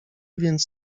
więc